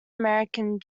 american